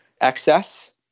excess